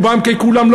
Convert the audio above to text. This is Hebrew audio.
רובם ככולם,